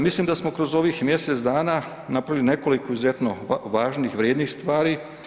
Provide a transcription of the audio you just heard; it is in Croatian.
Mislim da smo kroz ovih mjesec dana napravili nekoliko izuzetno važnih, vrijednih stvari.